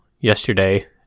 yesterday